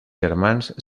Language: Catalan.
germans